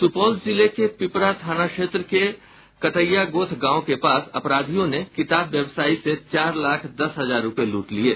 सुपौल जिले के पिपरा थाना क्षेत्र के कटैयागोथ गांव के पास अपराधियो ने किताब व्यवसायी से चार लाख दस हजार रूपये लूट लिये